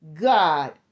God